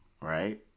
right